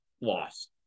lost